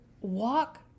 walk